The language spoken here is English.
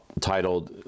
titled